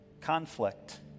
Conflict